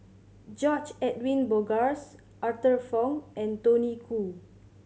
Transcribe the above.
George Edwin Bogaars Arthur Fong and Tony Khoo